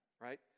right